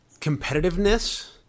competitiveness